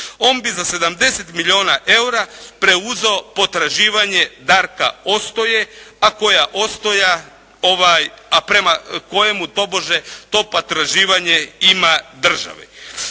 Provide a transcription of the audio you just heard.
On bi za 70 milijuna eura preuzeo potraživanje Darka Ostoje, a prema kojemu tobože to potraživanje ima država.